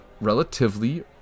relatively